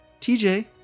TJ